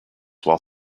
while